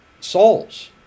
souls